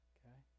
Okay